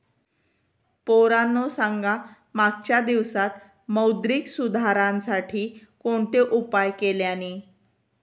पोरांनो सांगा मागच्या दिवसांत मौद्रिक सुधारांसाठी कोणते उपाय केल्यानी?